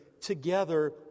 together